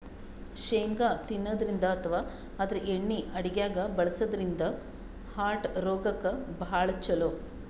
ಶೇಂಗಾ ತಿನ್ನದ್ರಿನ್ದ ಅಥವಾ ಆದ್ರ ಎಣ್ಣಿ ಅಡಗ್ಯಾಗ್ ಬಳಸದ್ರಿನ್ದ ಹಾರ್ಟ್ ರೋಗಕ್ಕ್ ಭಾಳ್ ಛಲೋ